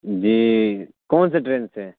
جی کون سے ٹرین سے ہیں